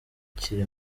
ukiri